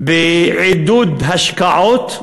בעידוד השקעות,